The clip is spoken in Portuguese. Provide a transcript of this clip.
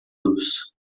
los